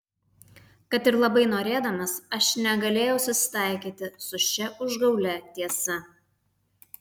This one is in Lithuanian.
kad ir labai norėdamas aš negalėjau susitaikyti su šia užgaulia tiesa